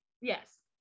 Yes